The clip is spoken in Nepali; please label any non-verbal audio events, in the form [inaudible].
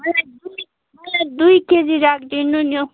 मलाई [unintelligible] दुई केजी राखिदिनु न